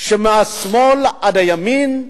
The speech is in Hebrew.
מהשמאל עד לימין,